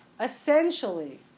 essentially